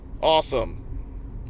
awesome